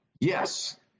Yes